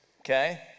Okay